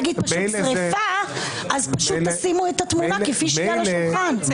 אם שריפה שימו את התמונה כולה על השולחן.